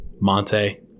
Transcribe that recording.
Monte